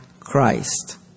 Christ